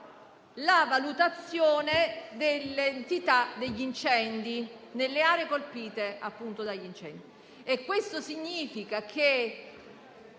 la valutazione dell'entità degli incendi nelle aree colpite. Questo